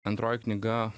antroji knyga